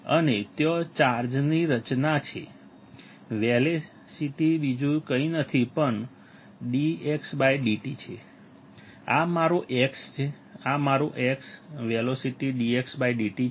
અને ત્યાં ચાર્જની રચના છે વેલોસિટી બીજું કંઈ નથી પણ dxdt આ મારો x છે મારો x વેલોસિટી dxdt છે